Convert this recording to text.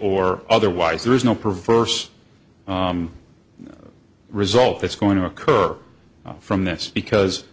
or otherwise there is no perverse result that's going to occur from this because